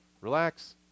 Relax